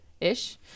ish